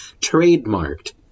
trademarked